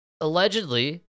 allegedly